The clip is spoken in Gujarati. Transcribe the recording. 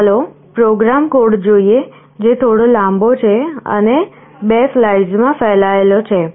ચાલો પ્રોગ્રામ કોડ જોઈએ જે થોડો લાંબો છે અને 2 સ્લાઇડ્સ માં ફેલાયેલો છે